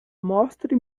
mostre